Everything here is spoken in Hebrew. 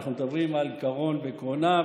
אנחנו מדברים על קרון וקרונה,